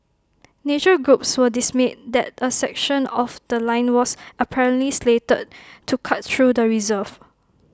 nature groups were dismayed that A section of The Line was apparently slated to cut through the reserve